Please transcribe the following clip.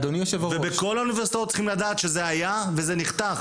ובכל האוניברסיטאות צריכים לדעת שזה היה וזה נחתך.